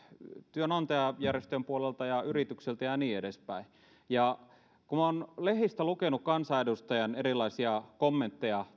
työnantajajärjestöjen puolelta ja yrityksiltä ja niin edespäin kun minä olen täällä täysistunnossa lehdistä lukenut kansanedustajien erilaisia kommentteja